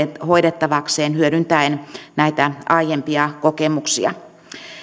hoidettavakseen hyödyntäen näitä aiempia kokemuksia